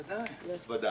ודאי.